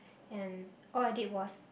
and all I did was